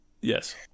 Yes